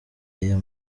aya